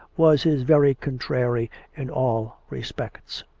was his very contrary in all respects.